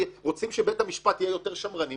רוצים שבית המשפט יהיה יותר שמרני,